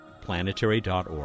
planetary.org